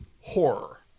horror